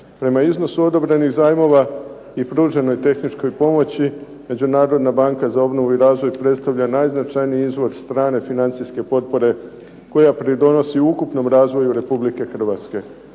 Prema iznosu odobrenih zajmova i pruženoj tehničkoj pomoći Međunarodna banka za obnovu i razvoj predstavlja najznačajniji izvor strane financijske potpore koja pridonosi ukupnom razvoju Republike Hrvatske.